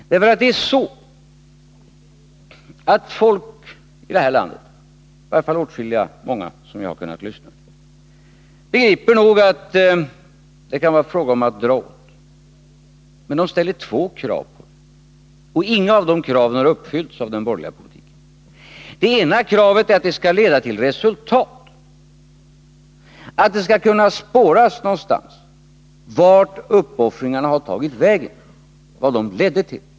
Det är nämligen så att folk i det här landet —i varje fall många som jag kunnat lyssna till — nog begriper att det kan vara fråga om att dra åt. Men de ställer två krav, och inget av de kraven har uppfyllts av den borgerliga politiken. Det ena kravet är att det skall leda till resultat, att det skall kunna spåras någonstans vart uppoffringarna tagit vägen och vad de ledde till.